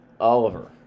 Oliver